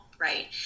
right